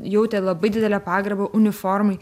jautė labai didelę pagarbą uniformai